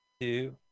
two